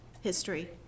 history